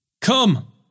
Come